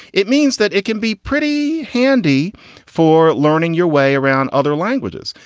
it means that it can be pretty handy for learning your way around other languages.